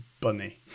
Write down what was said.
bunny